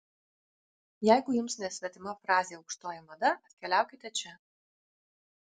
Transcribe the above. jeigu jums nesvetima frazė aukštoji mada atkeliaukite čia